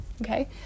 okay